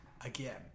Again